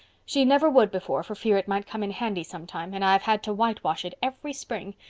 she never would before for fear it might come in handy sometime and i've had to whitewash it every spring.